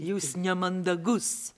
jūs nemandagus